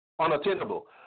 unattainable